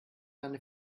eine